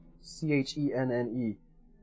C-H-E-N-N-E